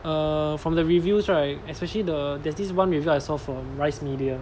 err from the reviews right especially the there's this one review I saw from rice media